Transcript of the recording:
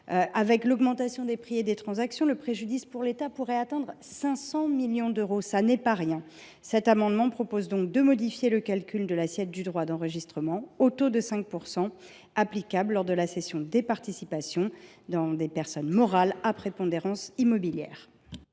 avec l’augmentation des prix et des transactions, le préjudice pour l’État pourrait atteindre 500 millions d’euros. Ce n’est pas rien ! Nous proposons donc de modifier le calcul de l’assiette sur laquelle porte le droit d’enregistrement de 5 % lors de la cession des participations dans des personnes morales à prépondérance immobilière.